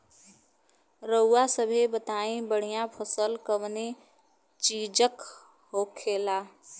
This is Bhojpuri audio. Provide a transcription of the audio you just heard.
रउआ सभे बताई बढ़ियां फसल कवने चीज़क होखेला?